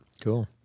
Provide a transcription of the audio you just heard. Cool